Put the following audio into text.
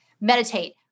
Meditate